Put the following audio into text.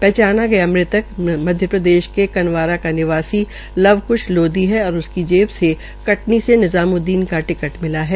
पहचाना गया मृतक मध्यप्रदेश के करवाटा की निवासी लवक्श लोदी है और उसकी जेव से करनी से निजाम्द्दीन का टिकट मिला है